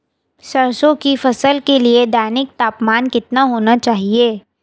सरसों की फसल के लिए दैनिक तापमान कितना होना चाहिए?